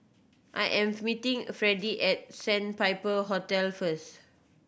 I am meeting Fredy at Sandpiper Hotel first